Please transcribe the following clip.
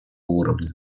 уровня